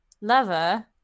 lover